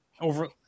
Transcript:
over